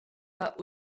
pas